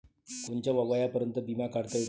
कोनच्या वयापर्यंत बिमा काढता येते?